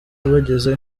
bagezeyo